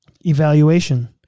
evaluation